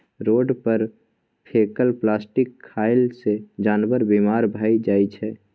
road पर फेकल plastic खएला सँ जानबर बेमार भए जाइ छै